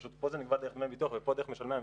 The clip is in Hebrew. פשוט פה נגבה דרך דמי ביטוח ופה דרך משלמי המיסים,